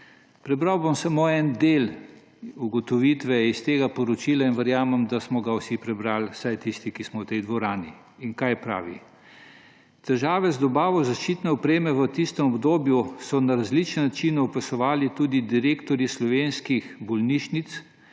Prebral bom samo en del ugotovitve iz tega poročila in verjamem, da smo ga vsi prebrali, vsaj tisti, ki smo v tej dvorani. In kaj pravi? Težave z dobavo zaščitne opreme v tistem obdobju so na različne načine opisovali tudi direktorji slovenskih bolnišnic